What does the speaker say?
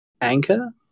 Anchor